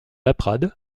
laprade